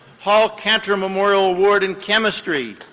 hall canter memorial award in chemistry,